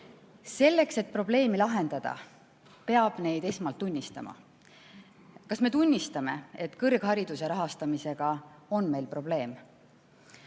Selleks, et probleeme lahendada, peab neid esmalt tunnistama. Kas me tunnistame, et kõrghariduse rahastamisega on meil probleem?